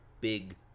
big